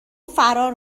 فرار